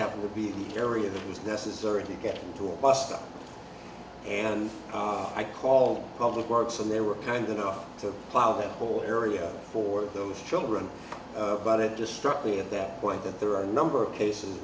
happened to be the area that was necessary to get to a bus stop and i called public works and they were kind enough to plow the whole area for those children but it just struck me at that point that there are a number of cases